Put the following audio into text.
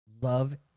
love